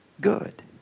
good